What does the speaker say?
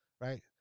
right